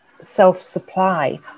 self-supply